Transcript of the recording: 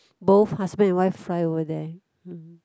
both husband and wife fly over there [huh]